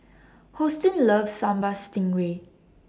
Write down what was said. Hosteen loves Sambal Stingray